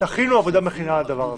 תכינו עבודה מכינה על הדבר הזה.